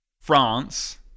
France